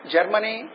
Germany